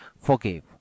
Forgive